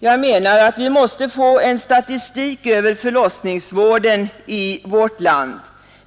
Det är nödvändigt med en statistik över förlossningsvården i vårt land.